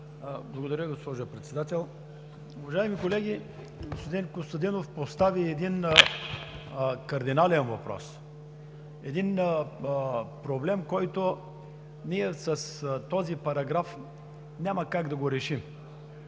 Благодаря, госпожо Председател! Уважаеми колеги, господин Костадинов постави един кардинален въпрос, един проблем, който ние с този параграф няма как да го решим.